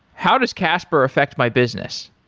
how does casper affect my business?